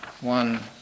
One